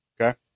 Okay